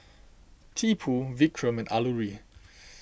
Tipu Vikram and Alluri